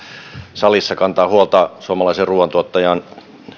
salissa kantaa huolta suomalaisen ruuantuottajan